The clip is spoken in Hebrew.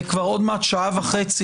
כבר עוד מעט שעה וחצי